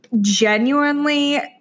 genuinely